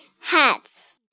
hats